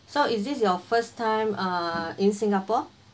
so is this your first time uh in singapore